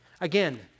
Again